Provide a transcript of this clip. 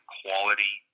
quality